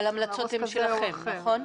אבל ההמלצות הן שלכם, נכון?